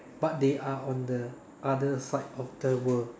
but they are on the other side of the world